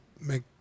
make